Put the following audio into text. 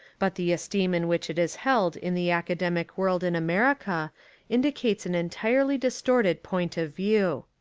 but the esteem in which it is held in the academic world in america in dicates an entirely distorted point of view.